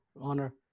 honor